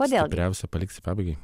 stipriausia paliksi pabaigai